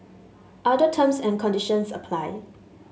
other terms and conditions apply